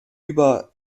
über